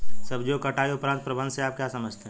सब्जियों की कटाई उपरांत प्रबंधन से आप क्या समझते हैं?